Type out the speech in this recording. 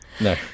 no